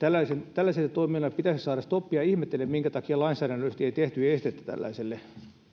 tällaiselle toiminnalle pitäisi saada stoppi ja ihmettelen minkä takia lainsäädännöllisesti ei tehty estettä tällaiselle